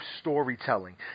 storytelling